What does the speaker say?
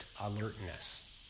alertness